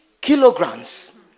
kilograms